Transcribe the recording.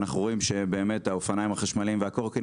אנחנו רואים שבאמת האופניים החשמליים והקורקינט,